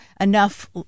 enough